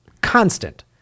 constant